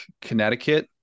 Connecticut